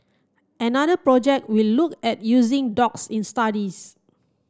another project will look at using dogs in studies